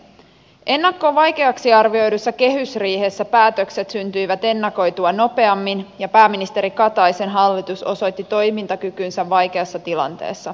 ennakkoon vaikeaksi arvioidussa kehysriihessä päätökset syntyivät ennakoitua nopeammin ja pääministeri kataisen hallitus osoitti toimintakykynsä vaikeassa tilanteessa